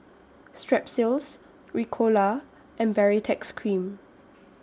Strepsils Ricola and Baritex Cream